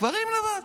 גברים לבד.